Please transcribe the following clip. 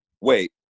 wait